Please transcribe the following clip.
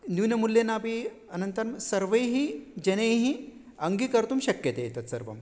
न्यूनमुल्येनापि अनन्तरं सर्वैः जनैः अङ्गीकर्तुं शक्यते एतत् सर्वम्